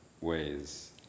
ways